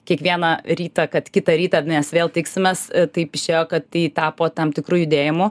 kiekvieną rytą kad kitą rytą mes vėl tiksimės taip išėjo kad tai tapo tam tikru judėjimu